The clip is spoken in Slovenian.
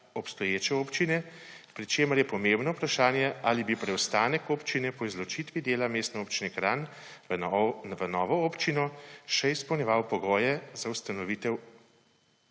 obstoječe občine, pri čemer je pomembno vprašanje, ali bi preostanek občine po izločitvi dela Mestne občine Kranj v novo občino še izpolnjeval pogoje za ustanovitev